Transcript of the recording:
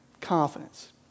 confidence